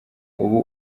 ubu